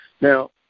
now